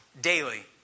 Daily